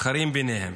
מתחרים ביניהם.